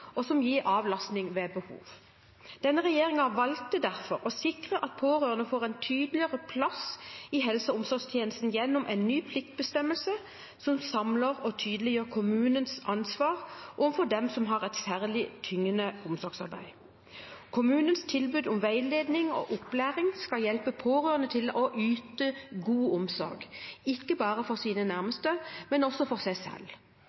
og som gir avlastning ved behov. Denne regjeringen valgte derfor å sikre at pårørende får en tydeligere plass i helse- og omsorgstjenesten gjennom en ny pliktbestemmelse som samler og tydeliggjør kommunens ansvar overfor dem som har et særlig tyngende omsorgsarbeid. Kommunens tilbud om veiledning og opplæring skal hjelpe pårørende til å yte god omsorg, ikke bare for sine nærmeste, men også for seg selv.